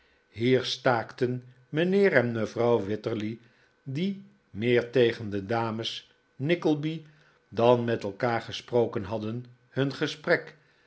hier staakten mijnheer eh mevrouw wititterly die meer tegen de dames nickleby dan met elkaar gesproken hadden nun gesprek